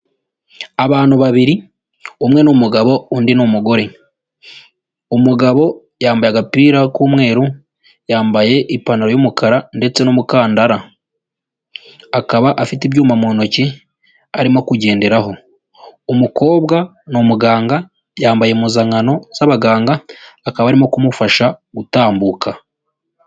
Abantu babiri umwe n'umugabo undi n'umugore, umugabo yambaye agapira k'umweru yambaye ipantaro y'umukara ndetse n'umukandara, akaba afite ibyuma mu ntoki arimo kugenderaho, umukobwa ni umuganga yambaye impuzankano z'abaganga akaba arimo kumufasha gutambuka.